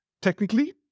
technically